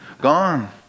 gone